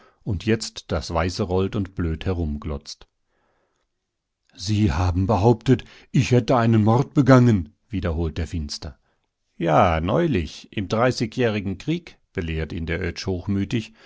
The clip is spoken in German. und jetzt das weiße rollt und blöd herumglotzt sie haben behauptet ich hätte einen mord begangen wiederholt er finster ja neulich im dreißigjährigen krieg belehrt ihn der oetsch hochmütig